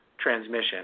transmission